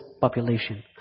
population